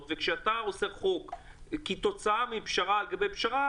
וכשאתה מחוקק חוק כתוצאה מפשרה על גבי פשרה,